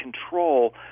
control